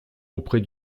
auprès